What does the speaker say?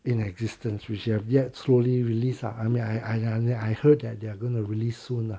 in existence which you have yet slowly released ah I mean I I I heard that they're going to release soon lah